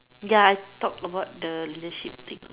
ya talk about the leadership thing